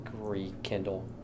rekindle